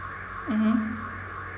mmhmm